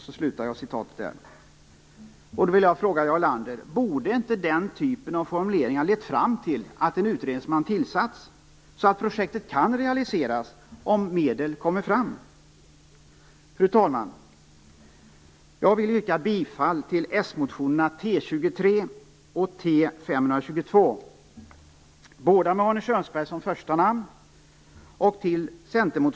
Då vill jag fråga Jarl Lander: Borde inte den typen av formuleringar ha lett fram till att man tillsätter en utredningsman, så att projektet kan realiseras om medel kommer fram? Fru talman! Jag vill yrka bifall till s-motionerna Roland Larsson som första namn.